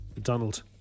Donald